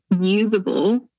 usable